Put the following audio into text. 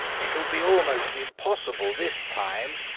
it'll be almost impossible this time,